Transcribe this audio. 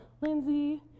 Lindsay